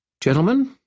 Gentlemen